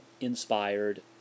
inspired